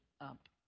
up